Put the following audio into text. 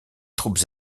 troupes